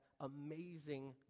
amazing